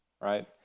right